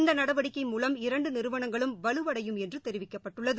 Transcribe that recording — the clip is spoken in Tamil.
இந்த நடவடிக்கை மூலம் இரண்டு நிறுவனங்களும் வலுவடையும் என்று தெரிவிக்கப்பட்டுள்ளது